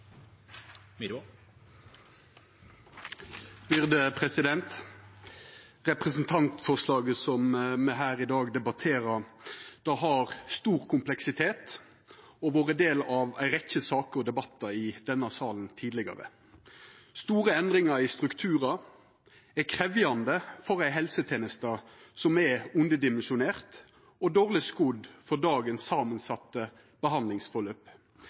Representantforslaget som me i dag debatterer, har stor kompleksitet og har vore ein del av ei rekkje saker og debattar i denne salen tidlegare. Store endringar i strukturar er krevjande for ei helseteneste som er underdimensjonert og dårleg skodd for dagens samansette behandlingsforløp.